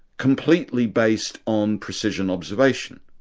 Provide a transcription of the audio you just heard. completely based on precision observation.